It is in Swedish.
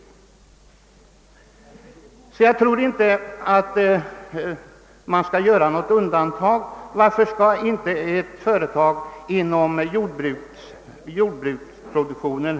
Jag tror inte att det görs något undantag från denna regel. Varför skall då inte ett företag inom jordbruksproduktionen ha samma möjligheter?